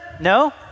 No